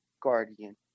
Guardian